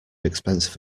expensive